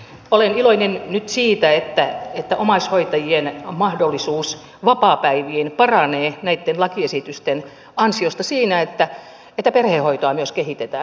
olen iloinen nyt siitä että omaishoitajien mahdollisuus vapaapäiviin paranee näitten lakiesitysten ansiosta sillä että perhehoitoa myös kehitetään